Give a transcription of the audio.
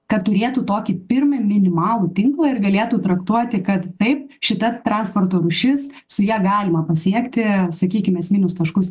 kad turėtų tokį pirmą minimalų tinklą ir galėtų traktuoti kad taip šita transporto rūšis su ja galima pasiekti sakykim esminius taškus